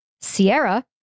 Sierra